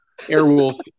Airwolf